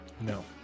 No